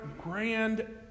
grand